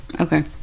Okay